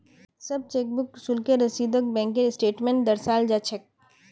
सब चेकबुक शुल्केर रसीदक बैंकेर स्टेटमेन्टत दर्शाल जा छेक